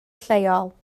lleol